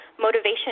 motivation